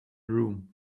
room